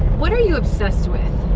what are you obsessed with?